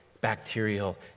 bacterial